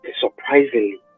surprisingly